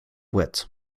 wet